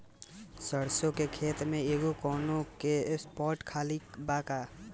सरसों के खेत में एगो कोना के स्पॉट खाली बा का?